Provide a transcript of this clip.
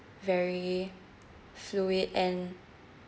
very fluid and